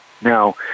Now